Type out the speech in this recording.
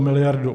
Miliardu!